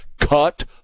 cut